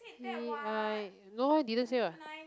no I didn't say what